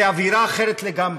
זה אווירה אחרת לגמרי,